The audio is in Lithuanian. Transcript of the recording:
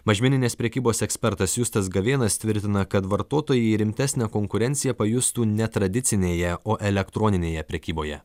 mažmeninės prekybos ekspertas justas gavėnas tvirtina kad vartotojai rimtesnę konkurenciją pajustų netradicinėje o elektroninėje prekyboje